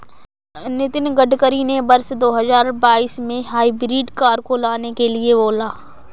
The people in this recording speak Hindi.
नितिन गडकरी ने वर्ष दो हजार बाईस में हाइब्रिड कार को लाने के लिए बोला